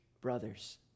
brothers